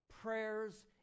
prayers